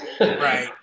Right